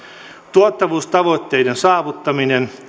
tuottavuustavoitteiden saavuttaminen